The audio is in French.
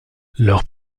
leur